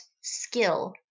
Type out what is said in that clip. skill